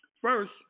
first